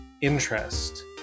interest